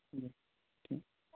جی ٹھیک